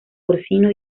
porcino